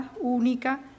única